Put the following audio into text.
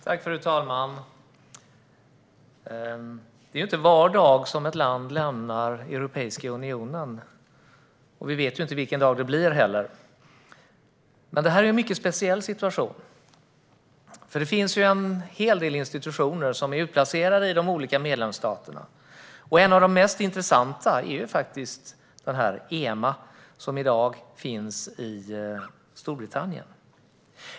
Fru talman! Det är inte varje dag ett land lämnar Europeiska unionen. Vi vet inte heller vilken dag det kommer att ske. Det här är en mycket speciell situation. En hel del institutioner är utplacerade i de olika medlemsstaterna. Och en av de mest intressanta är faktiskt EMA, som i dag finns i Storbritannien.